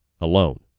alone